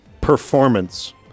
performance